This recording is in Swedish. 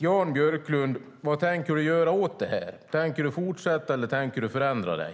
Jan Björklund: Vad tänker du göra åt detta? Tänker du fortsätta eller tänker du ändra dig?